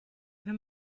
wenn